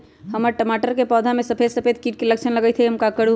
हमर टमाटर के पौधा में सफेद सफेद कीट के लक्षण लगई थई हम का करू?